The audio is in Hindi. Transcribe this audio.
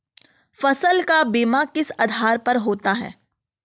फसल का बीमा किस आधार पर होता है?